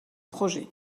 projet